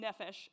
nefesh